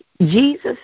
Jesus